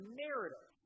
narrative